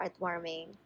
heartwarming